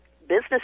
business